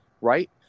Right